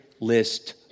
list